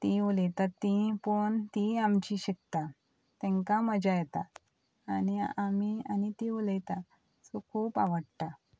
तीं उलयतात तीं पळोवन तींय आमची शिकता तेंकां मजा येता आनी आमी आनी ती उलयता सो खूब आवाडटा